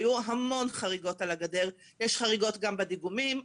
היו המון חריגות על הגדר, יש חריגות גם בדיגומים.